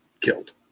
killed